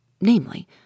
namely